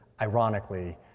ironically